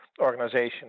organization